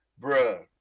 bruh